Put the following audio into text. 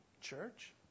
church